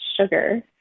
sugar